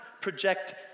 project